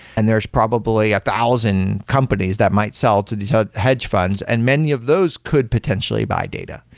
and there's probably a thousand companies that might sell to these ah hedge funds. and many of those could potentially buy data.